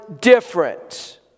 different